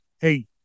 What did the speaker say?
hey